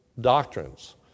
doctrines